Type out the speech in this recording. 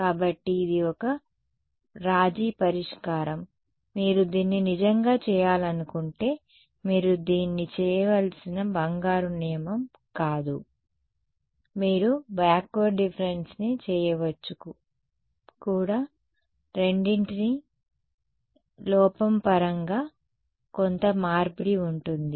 కాబట్టి ఇది ఒక రాజీ పరిష్కారం మీరు దీన్ని నిజంగా చేయాలనుకుంటే మీరు దీన్ని చేయవలసిన బంగారు నియమం కాదు మీరు బ్యాక్వర్డ్ డిఫరెన్స్ని చేయవచ్చు కూడా రెండింటికీ లోపం పరంగా కొంత మార్పిడి ఉంటుంది